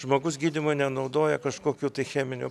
žmogus gydymui nenaudoja kažkokių tai cheminių